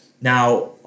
Now